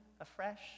afresh